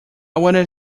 wanted